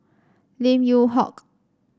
Lim Yew Hock